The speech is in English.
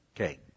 Okay